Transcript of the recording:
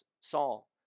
Saul